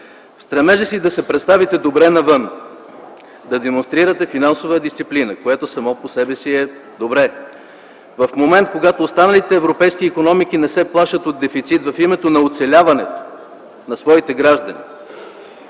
В стремежа си да се представите добре навън, да демонстрирате финансова дисциплина, което само по себе си е добре, в момент, когато останалите европейски икономики не се плашат от дефицит в името на оцеляването на своите граждани,